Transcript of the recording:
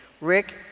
Rick